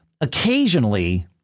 occasionally